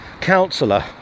councillor